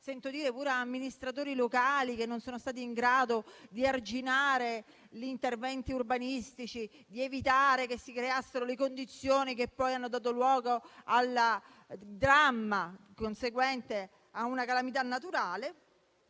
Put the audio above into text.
sentito parlare di amministratori locali che non sono stati in grado di arginare gli interventi urbanistici, di evitare che si creassero le condizioni che poi hanno dato luogo al dramma conseguente a una calamità naturale.